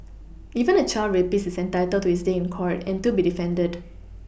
even a child rapist is entitled to his day in court and to be defended